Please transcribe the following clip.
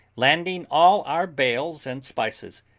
landing all our bales and spices,